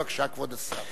בבקשה, כבוד השר.